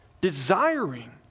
desiring